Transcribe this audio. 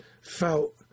felt